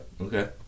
Okay